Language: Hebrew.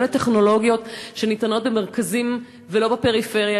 גם לטכנולוגיות שניתנות במרכזים ולא בפריפריה,